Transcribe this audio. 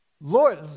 Lord